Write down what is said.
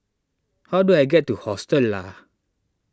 how do I get to Hostel Lah